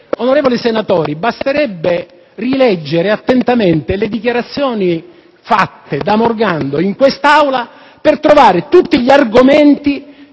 Onorevoli senatori, basterebbe rileggere attentamente le dichiarazioni del senatore Morando per trovare tutti gli argomenti